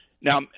Now